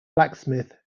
blacksmith